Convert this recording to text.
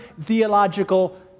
theological